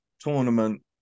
tournament